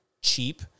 cheap